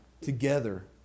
together